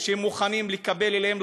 אמרו שהם מוכנים לקבל אליהם,